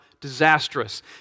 disastrous